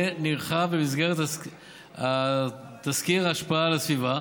נרחב במסגרת תסקיר השפעה על הסביבה,